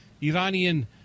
Iranian